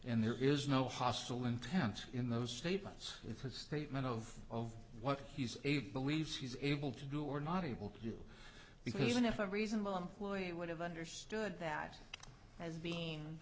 and there is no hostile intent in those statements it's a statement of what he's a believes he's able to do or not able to do because even if a reasonable employee would have understood that as being